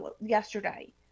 yesterday